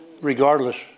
Regardless